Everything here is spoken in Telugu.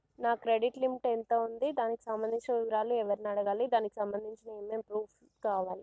నా క్రెడిట్ లిమిట్ ఎంత ఉంది? దానికి సంబంధించిన వివరాలు ఎవరిని అడగాలి? దానికి సంబంధించిన ఏమేం ప్రూఫ్స్ కావాలి?